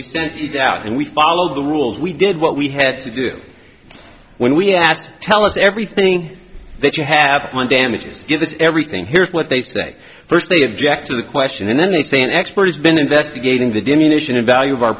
we've sent these out and we follow the rules we did what we had to do when we asked tell us everything that you have on damages to give us everything here's what they say first they object to the question and then they say an expert has been investigating the definition of value of our